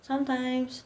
sometimes